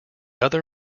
other